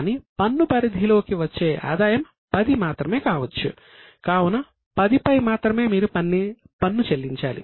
కావున ఆదాయం 10 పై మాత్రమే మీరు పన్ను చెల్లించాలి